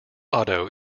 auto